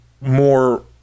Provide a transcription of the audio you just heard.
more